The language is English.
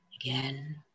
Again